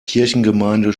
kirchengemeinde